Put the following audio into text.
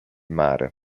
mare